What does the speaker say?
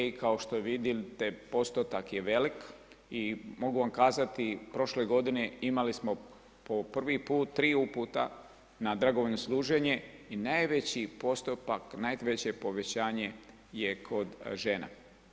Kao što vidite postotak je velik i mogu vam kazati, prošle godine imali smo po prvi put, triju puta na dragovoljno služenje i najveći postotak, najveće povećanje je kod žena.